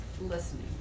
listening